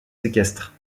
séquestre